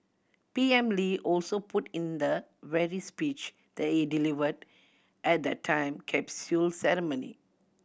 P M Lee also put in the very speech he delivered at the time capsule ceremony